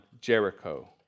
Jericho